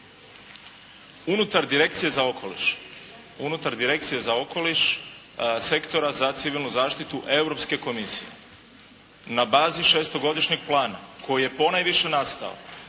unutar Direkcije za okoliš, Sektora za civilnu zaštitu Europske komisije na bavi šestogodišnjeg plana koji je ponajviše nastao,